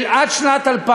של עד 2000,